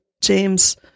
James